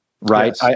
right